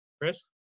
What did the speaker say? Chris